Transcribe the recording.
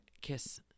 kiss